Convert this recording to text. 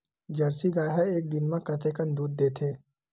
Jersey गाय ह एक दिन म कतेकन दूध देथे?